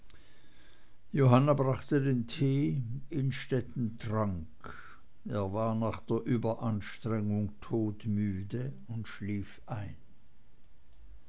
johanna brachte den tee innstetten trank er war nach der überanstrengung todmüde und schlief ein